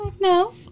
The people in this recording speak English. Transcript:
No